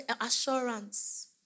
assurance